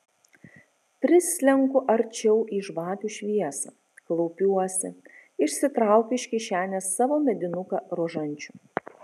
prislenku arčiau į žvakių šviesą klaupiuosi išsitraukiu iš kišenės savo medinuką rožančių